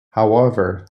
however